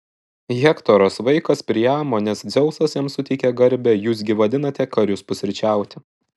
hektoras vaikas priamo nes dzeusas jam suteikė garbę jūs gi vadinate karius pusryčiauti